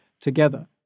together